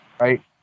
right